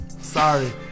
Sorry